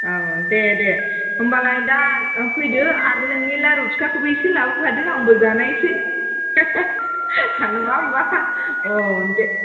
औ दे दे होमबालाय दा फैदो आर नोंनि लारु फिथाखौबो एसे लाबोफादो आंबो जानायसै नङा होनबा औ दे